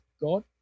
God